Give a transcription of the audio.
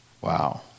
wow